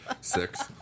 six